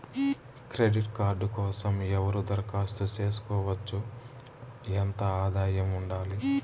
Credit card కోసం ఎవరు దరఖాస్తు చేసుకోవచ్చు? ఎంత ఆదాయం ఉండాలి?